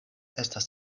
estas